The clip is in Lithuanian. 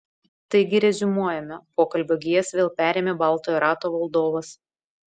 taigi reziumuojame pokalbio gijas vėl perėmė baltojo rato valdovas